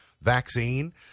vaccine